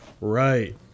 Right